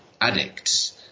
addicts